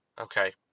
Okay